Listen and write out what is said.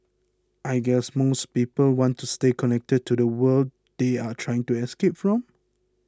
I guess most people want to stay connected to the world they are trying to escape from